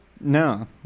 no